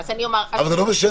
אני אומרת --- אבל זה לא משנה,